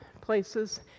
places